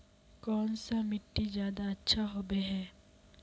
कौन सा मिट्टी ज्यादा अच्छा होबे है?